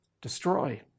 destroy